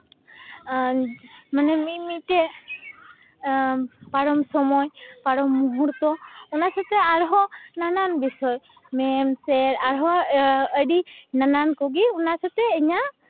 ᱢᱟᱱᱮ ᱢᱤᱢᱤᱫᱴᱮᱡ ᱯᱟᱨᱚᱢ ᱥᱚᱢᱚᱭ ᱯᱟᱨᱚᱢ ᱢᱚᱦᱩᱨᱛᱚ ᱚᱱᱟ ᱥᱟᱛᱮᱜ ᱟᱨᱦᱚᱸ ᱱᱟᱱᱟᱱ ᱵᱤᱥᱚᱭ ᱢᱮᱢ ᱥᱮᱨ ᱟᱨᱦᱚᱸ ᱟᱹᱰᱤ ᱱᱟᱱᱟᱱ ᱠᱚᱜᱮ ᱚᱱᱟ ᱥᱟᱛᱮᱜ ᱤᱧᱟᱜ